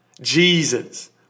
Jesus